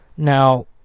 Now